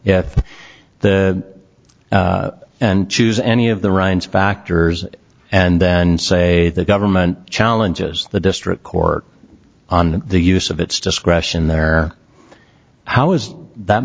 if the and choose any of the ryans factors and then say the government challenges the district court on the use of its discretion there how is that